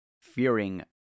fearing